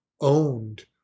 owned